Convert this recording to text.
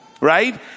right